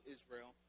Israel